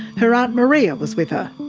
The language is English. her aunt maria was with her.